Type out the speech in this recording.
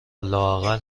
لااقل